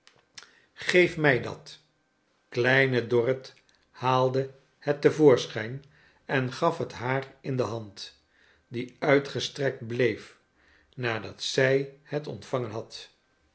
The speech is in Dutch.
geef mij dat kleine dorrit haalde het te voorschijn en gaf het haar in de hand die uitgestrekt bleef nadat zij het ontvangen had